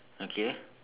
okay